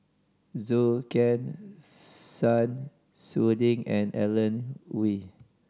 Zhou Can Sun Xueling and Alan Oei